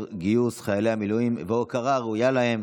גיוס חיילי המילואים וההוקרה הראויה להם.